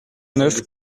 neuf